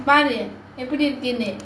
வா இங்க என் கூட கேளு:vaa inga en kooda kelu